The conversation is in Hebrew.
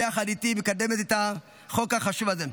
ביחד איתי מקדמת את החוק החשוב הזה.